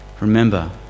Remember